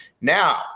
Now